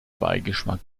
beigeschmack